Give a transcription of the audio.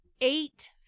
eight